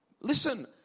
Listen